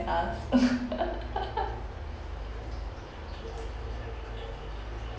us